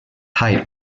height